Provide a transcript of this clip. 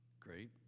Great